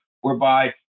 Whereby